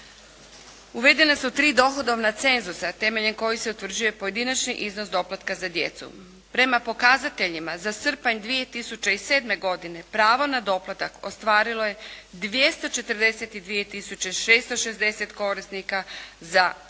Uvedena su tri dohodovna cenzusa temelju kojih se utvrđuje pojedinačni iznos doplatka za djecu. Prema pokazateljima za srpanj 2007. godine pravo na doplatak ostvarilo je 242 tisuće 660 korisnika za 465